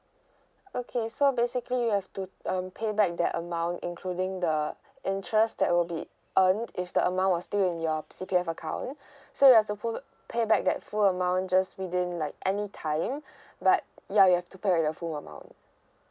okay so basically you have to um pay back that amount including the interest that will be earned if the amount was still in your C_P_F account so you have to pull pay back that full amount just within like any time but ya you have to pay back the full amount